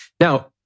Now